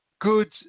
good